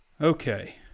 Okay